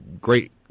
great